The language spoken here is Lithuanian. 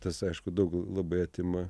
tas aišku daug labai atima